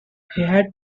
had